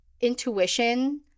intuition